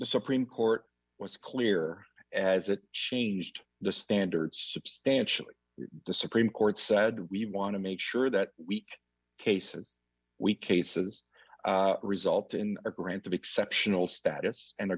the supreme court was clear as it changed the standards substantially the supreme court said we want to make sure that weak cases we cases result in a grant of exceptional status and